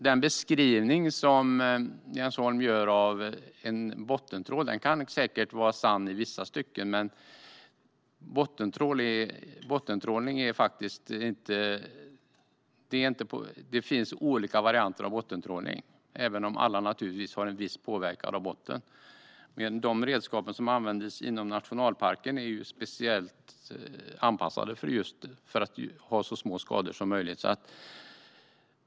Den beskrivning som Jens Holm gjorde av en bottentrål kan säkert vara sann i vissa stycken, men det finns olika varianter av bottentrålning, även om alla naturligtvis har viss påverkan på botten. De redskap som används i nationalparken är speciellt anpassade för att orsaka så små skador som möjligt.